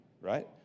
right